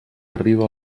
arriba